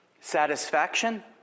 satisfaction